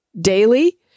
daily